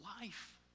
life